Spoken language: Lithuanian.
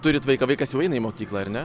turit vaiką vaikas jau eina į mokyklą ar ne